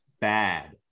bad